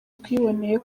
twiboneye